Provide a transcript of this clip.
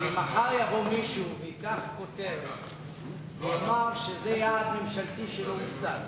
אם מחר יבוא מישהו וייקח כותרת ויאמר שזה יעד ממשלתי שלא הושג,